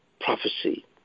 prophecy